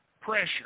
pressure